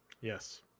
yes